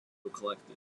collected